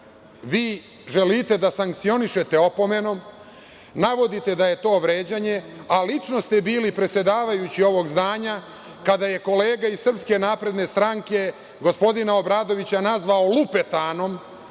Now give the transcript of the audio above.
vi želite da sankcionišete opomenom. Navodite da je to vređanje, a lično ste bili predsedavajući ovog zdanja kada je kolega iz SNS, gospodina Obradovića nazvao“lupetanom“,